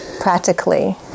practically